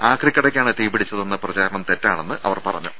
ആക്രി കടക്കാണ് തീപിടിച്ചതെന്ന പ്രചാരണം തെറ്റാണെന്ന് അവർ പറഞ്ഞു